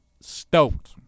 Stoked